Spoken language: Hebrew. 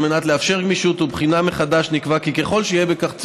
על מנת לאפשר גמישות ובחינה מחדש נקבע כי ככל שיהיה בכך צורך,